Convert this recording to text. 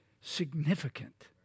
significant